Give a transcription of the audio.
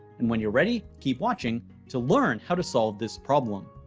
and when you're ready, keep watching to learn how to solve this problem.